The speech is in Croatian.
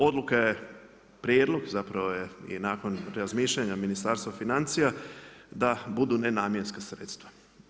Odluka je prijedlog zapravo je i nakon razmišljanja Ministarstva financija da budu nenamjenska sredstva.